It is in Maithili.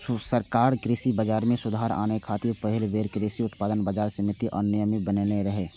सरकार कृषि बाजार मे सुधार आने खातिर पहिल बेर कृषि उत्पाद बाजार समिति अधिनियम बनेने रहै